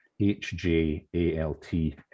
h-j-a-l-t